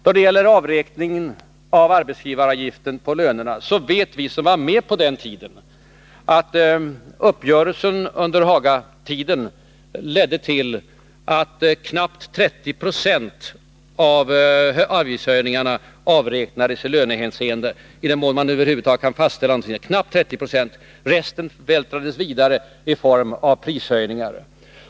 Då det gäller avräkningen av arbetsgivaravgiften på lönerna, så vet vi som var med då att uppgörelsen under Hagatiden ledde till att knappt 30 96 av avgiftshöjningarna avräknades i lönehänseende — i den mån man över huvud taget kan fastställa själva basen för avräkningen. Resten vältrades vidare i form av prishöjningar.